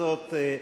הזאת.